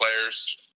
players